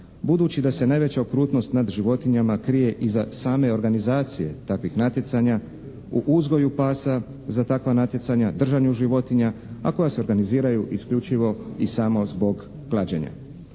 budući da se najveća okrutnost nad životinjama krije iza same organizacije takvih natjecanja, u uzgoju pasa za takva natjecanja, držanju životinja, a koja se organiziraju isključivo i samo zbog klađenja.